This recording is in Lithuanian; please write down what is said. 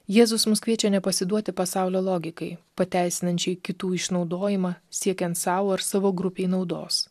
jėzus mus kviečia nepasiduoti pasaulio logikai pateisinančiai kitų išnaudojimą siekiant sau ir savo grupei naudos